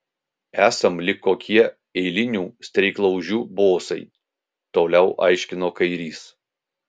esam lyg kokie eilinių streiklaužių bosai toliau aiškino kairys